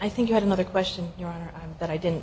i think you had another question that i didn't